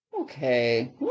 Okay